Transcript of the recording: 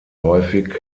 häufig